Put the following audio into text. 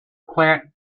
plant